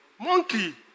Monkey